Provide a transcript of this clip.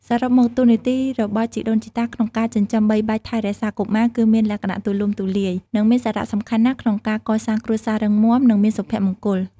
សរុបមក តួនាទីរបស់ជីដូនជីតាក្នុងការចិញ្ចឹមបីបាច់ថែរក្សាកុមារគឺមានលក្ខណៈទូលំទូលាយ និងមានសារៈសំខាន់ណាស់ក្នុងការកសាងគ្រួសាររឹងមាំ និងមានសុភមង្គល។